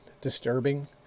disturbing